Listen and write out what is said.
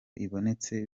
ibonetse